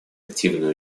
активное